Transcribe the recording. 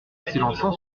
s’élançant